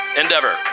endeavor